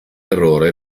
errore